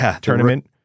tournament